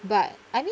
but I mean